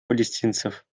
палестинцев